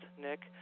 Nick